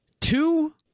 Two